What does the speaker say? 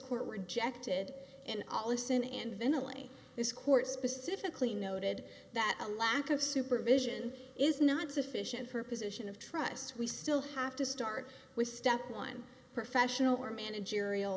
court rejected and all listen and then only this court specifically noted that a lack of supervision is not sufficient her position of trust we still have to start with step one professional or managerial